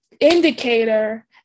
indicator